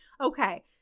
Okay